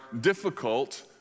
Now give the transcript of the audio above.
difficult